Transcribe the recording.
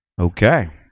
Okay